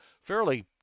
fairly